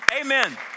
Amen